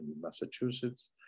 Massachusetts